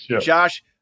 Josh